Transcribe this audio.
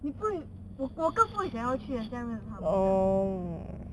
你不会我更不会想要去相连他们这样